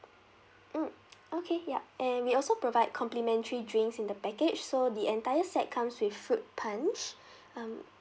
mm okay ya and we also provide complimentary drinks in the package so the entire set comes with fruit punch um